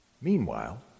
Meanwhile